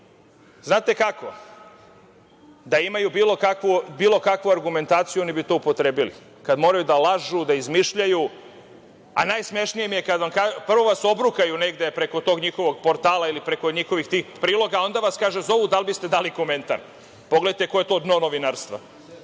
znate kako, da imaju bilo kakvu argumentaciju, oni bi to upotrebili. Kada moraju da lažu, da izmišljaju, a najsmešnije mi je kada vas prvo obrukaju negde preko tog njihovog portala ili preko njihovih tih priloga, a onda vas zovu i pitaju da li biste dali komentar. Pogledajte koje je to dno novinarstva. Vidite,